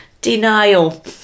Denial